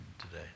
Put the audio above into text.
today